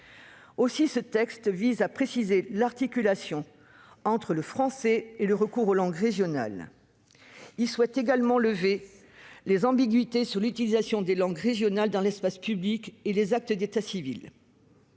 Aussi, ce texte vise à préciser l'articulation entre le français et le recours aux langues régionales. Il a également pour objet de lever les ambiguïtés sur l'utilisation des langues régionales dans l'espace public et pour les actes d'état civil.